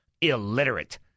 illiterate